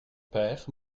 père